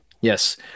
Yes